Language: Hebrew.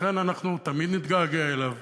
לכן אנחנו תמיד נתגעגע אליו,